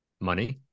money